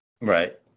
Right